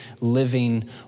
living